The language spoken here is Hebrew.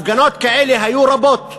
הפגנות כאלה היו רבות בארץ.